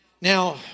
Now